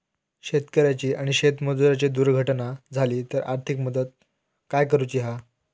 शेतकऱ्याची आणि शेतमजुराची दुर्घटना झाली तर आर्थिक मदत काय करूची हा?